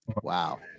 wow